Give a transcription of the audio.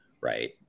Right